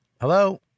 Hello